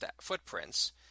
footprints